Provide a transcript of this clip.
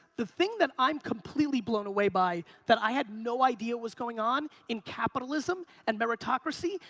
the thing that i'm completely blown away by, that i had no idea was going on in capitalism and meritocracy,